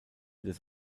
des